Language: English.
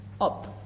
up